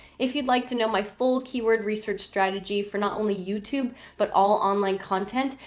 if you'd like to know my full keyword research strategy for not only youtube but all online content,